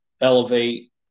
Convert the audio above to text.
Elevate